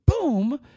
boom